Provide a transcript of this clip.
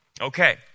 okay